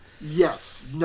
Yes